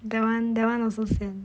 that [one] that [one] also can